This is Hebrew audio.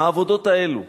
העבודות האלו